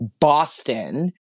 Boston